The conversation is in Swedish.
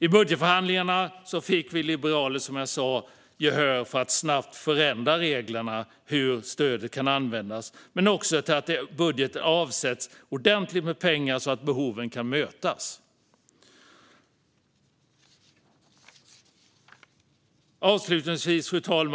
I budgetförhandlingarna fick Liberalerna gehör för att snabbt förändra reglerna för hur stödet kan användas och för att det avsätts ordentligt med pengar till budgeten så att behoven kan mötas.